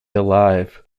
alive